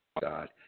God